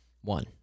One